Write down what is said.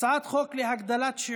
הודעה לסגנית מזכיר